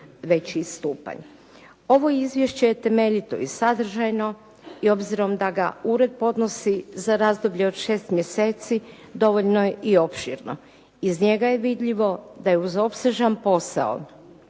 veći stupanj. Ovo izvješće je temeljito i sadržajno i obzirom da ga ured podnosi za razdoblje od 6 mjeseci dovoljno je i opširno. Iz njega je vidljivo da je uz opsežan posao